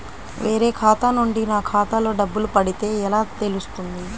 వేరే ఖాతా నుండి నా ఖాతాలో డబ్బులు పడితే ఎలా తెలుస్తుంది?